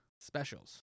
specials